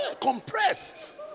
Compressed